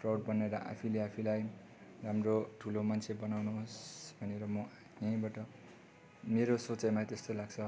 proud बनेर आफैले आफूलाई राम्रो ठुलो मान्छे बनाउनुहोस् भनेर म यहीँबाट मेरो सोचाइमा त्यस्तो लाग्छ